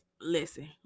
Listen